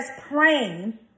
praying